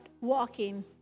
walking